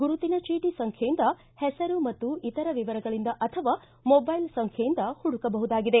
ಗುರುತಿನ ಚೀಟಿ ಸಂಖ್ಯೆಯಿಂದ ಹೆಸರು ಮತ್ತು ಇತರ ವಿವರಗಳಿಂದ ಅಥವಾ ಮೊಬೈಲ್ ಸಂಖ್ಯೆಯಿಂದ ಹುಡುಕಬಹುದಾಗಿದೆ